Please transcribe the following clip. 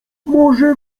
może